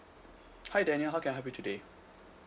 hi daniel how can I help you today